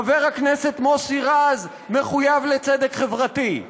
חבר הכנסת מוסי רז מחויב לצדק חברתי.